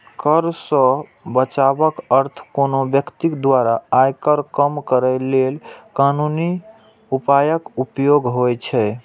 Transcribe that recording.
कर सं बचावक अर्थ कोनो व्यक्ति द्वारा आयकर कम करै लेल कानूनी उपायक उपयोग होइ छै